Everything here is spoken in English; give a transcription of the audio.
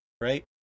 right